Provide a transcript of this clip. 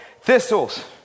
thistles